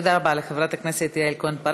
תודה רבה לחברת הכנסת יעל כהן-פארן.